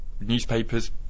newspapers